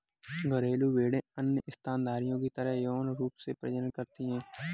घरेलू भेड़ें अन्य स्तनधारियों की तरह यौन रूप से प्रजनन करती हैं